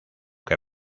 que